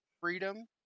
freedom